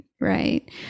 right